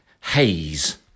Haze